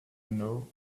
know